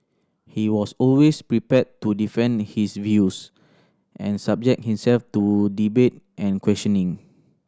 he was always prepared to defend his views and subject himself to debate and questioning